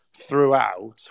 throughout